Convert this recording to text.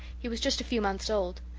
he was just a few months old.